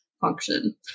function